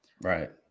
Right